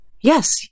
Yes